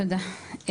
תודה רבה.